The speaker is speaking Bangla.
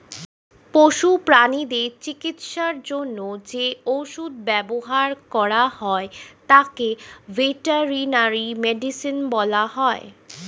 পশু প্রানীদের চিকিৎসার জন্য যে ওষুধ ব্যবহার করা হয় তাকে ভেটেরিনারি মেডিসিন বলা হয়